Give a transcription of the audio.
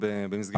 במסגרת הכלא.